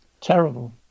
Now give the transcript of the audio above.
Terrible